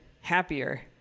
happier